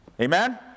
Amen